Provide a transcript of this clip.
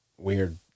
weird